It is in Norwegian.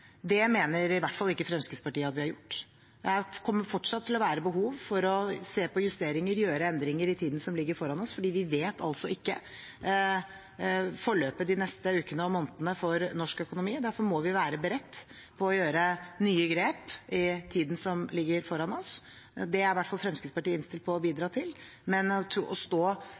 Det mener i hvert fall ikke Fremskrittspartiet at vi har gjort. Det kommer fortsatt til å være behov for å se på justeringer og gjøre endringer i tiden som ligger foran oss, for vi vet altså ikke forløpet de neste ukene og månedene for norsk økonomi. Derfor må vi være beredt på å gjøre nye grep i tiden som ligger foran oss. Det er i hvert fall Fremskrittspartiet innstilt på å bidra til, men å stå